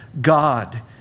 God